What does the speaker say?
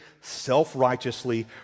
self-righteously